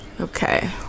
Okay